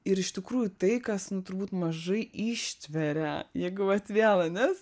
ir iš tikrųjų tai kas nu turbūt mažai ištveria jeigu vat vėl ane